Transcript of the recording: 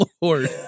Lord